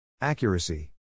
Accuracy